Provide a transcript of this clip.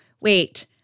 wait